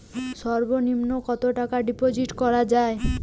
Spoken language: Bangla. সর্ব নিম্ন কতটাকা ডিপোজিট করা য়ায়?